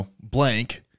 blank